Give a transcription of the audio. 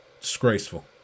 Disgraceful